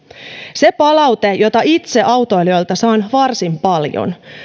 se palaute jota itse autoilijoilta saan varsin paljon